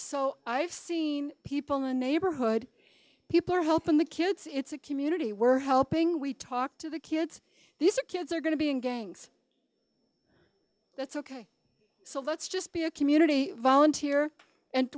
so i've seen people in neighborhood people are helping the kids it's a community we're helping we talk to the kids these are kids are going to be in gangs that's ok so let's just be a community volunteer and